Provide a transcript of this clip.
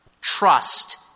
Trust